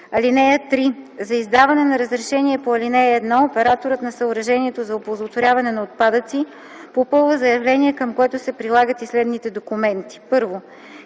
(3) За издаване на разрешение по ал. 1 операторът на съоръжението за оползотворяване на отпадъци попълва заявление, към което се прилагат и следните документи: